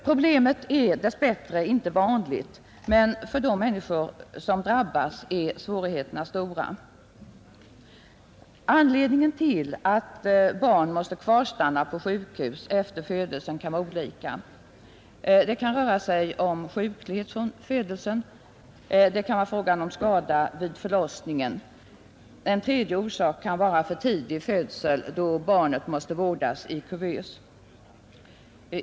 Problemet är dess bättre inte vanligt, men för de människor som drabbas är svårigheterna stora. Anledningarna till att barn måste kvarstanna på sjukhus efter födelsen kan vara olika. Det kan röra sig om sjuklighet från födelsen, det kan vara fråga om skada vid förlossningen. En tredje orsak kan vara för tidig födsel, då barnet måste vårdas i kuvös.